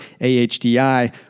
AHDI